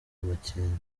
amakenga